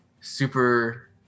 super